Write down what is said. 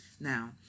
Now